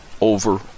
over